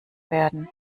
werden